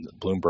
Bloomberg